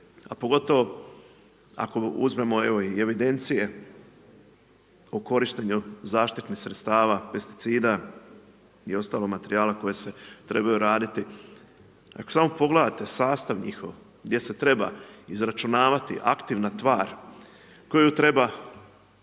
a pogotovo ako uzmemo evo i evidencije o korištenju zaštitnih sredstava, pesticida i ostalog materijala koji se trebaju raditi. Ako samo pogledate sastav njihov gdje se treba izračunavati aktivna tvar koju treba prikazati